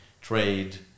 trade